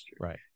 Right